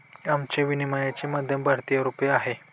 आमचे विनिमयाचे माध्यम भारतीय रुपया आहे